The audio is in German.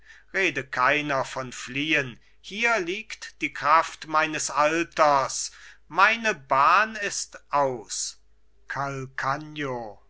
rede keiner von fliehen hier liegt die kraft meines alters meine bahn ist aus